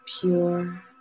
pure